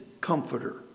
comforter